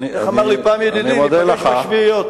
איך אמר לי פעם ידידי, "ניפגש בשביעיות".